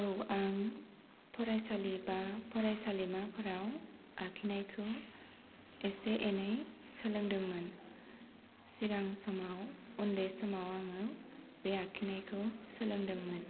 औ आं फरायसालि बा फरायसालिमाफोराव आखिनायखौ एसे एनै सोलोंदोंमोन सिगां समाव उन्दै समाव आङो बे आखिनायखौ सोलोंदोंमोन